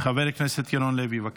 חבר הכנסת ירון לוי, בבקשה.